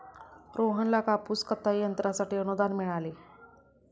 रोहनला कापूस कताई यंत्रासाठी अनुदान मिळाले